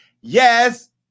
Yes